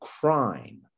crime